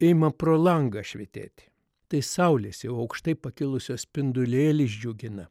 ima pro langą švytėti tai saulės jau aukštai pakilusio spindulėlis džiugina